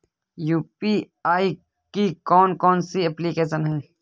UPI की कौन कौन सी एप्लिकेशन हैं?